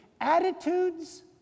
attitudes